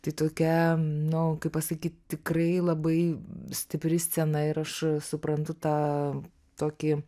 tai tokia nu kaip pasakyt tikrai labai stipri scena ir aš suprantu tą tokį